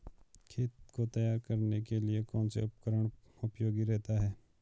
खेत को तैयार करने के लिए कौन सा उपकरण उपयोगी रहता है?